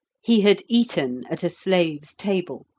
he had eaten at a slave's table,